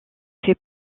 fait